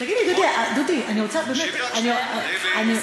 תגיד לי, דודי, אני רוצה, תקשיב רק שנייה.